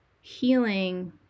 healing